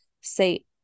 say